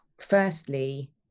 Firstly